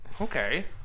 Okay